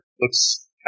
looks